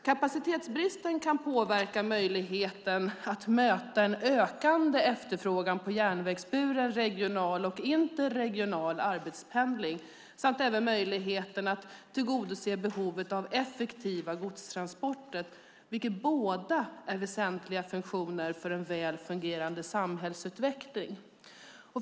Kapacitetsbristen kan påverka möjligheten att möta en ökande efterfrågan på järnvägsburen regional och interregional arbetspendling samt möjligheten att tillgodose behovet av effektiva godstransporter, vilka båda är väsentliga funktioner för en väl fungerade samhällsutveckling.